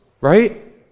right